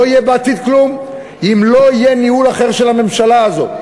לא יהיה בעתיד כלום אם לא יהיה ניהול אחר של הממשלה הזאת,